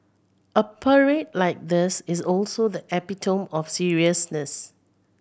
a parade like this is also the epitome of seriousness